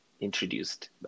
introduced